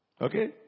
Okay